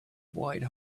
wide